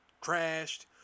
crashed